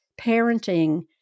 parenting